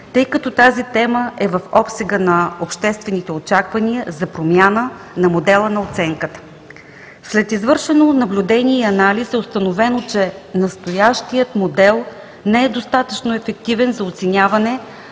тъй като тази тема е в обсега на обществените очаквания за промяна на модела на оценката. След извършеното наблюдение и анализ е установено, че настоящият модел не е достатъчно ефективен за оценяване